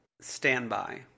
standby